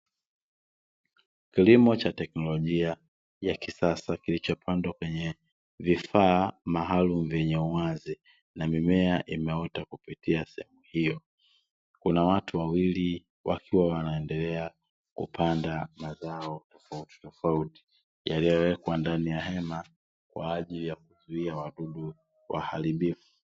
Kilimo cha teknolojia ya kisasa, kilichopandwa kwenye vifaa maalumu vyenye uwazi, na mimea imeota kupitia sehemu hiyo. Kuna watu wawili wakiwa wanaendelea kupanda mazao tofautitofauti yaliyowekwa ndani ya hema kwa ajili ya kuzuia wadudu waharibifu.